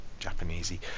Japanesey